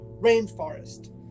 rainforest